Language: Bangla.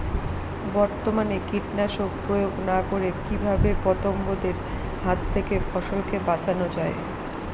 বর্তমানে কীটনাশক প্রয়োগ না করে কিভাবে পতঙ্গদের হাত থেকে ফসলকে বাঁচানো যায়?